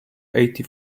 eighty